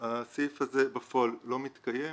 כי הסעיף הזה בפועל לא מתקיים,